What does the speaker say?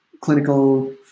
clinical